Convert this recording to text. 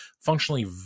functionally